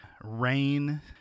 rain